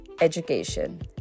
education